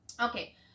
Okay